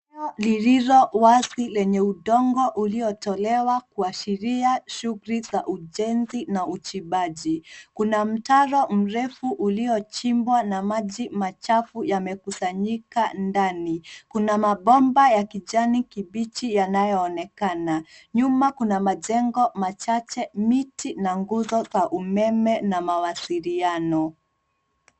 Eneo lililowazi lenye udongo uliotolewa kuashiria shughuli za ujenzi na uchimbaji. Kuna mtaro mrefu uliochimbwa na maji machafu yamekusanyika ndani. Kuna mabomba ya kijani kibichi yanayoonekana. Nyuma kuna majengo machache, miti na nguzo za umeme na mawasiliano.